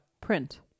print